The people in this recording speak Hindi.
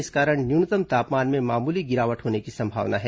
इस कारण न्यूनतम तापमान में मामूली गिरावट होने की संभावना है